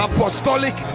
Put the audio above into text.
Apostolic